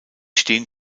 stehen